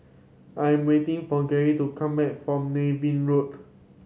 I am waiting for Gary to come back from Niven Road